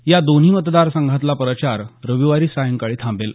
या दोन्ही मतदार संघातला प्रचार रविवारी सायंकाळी थांबेल